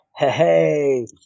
Hey